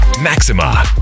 Maxima